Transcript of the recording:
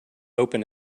open